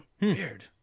weird